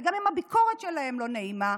וגם אם הביקורת שלהם לא נעימה,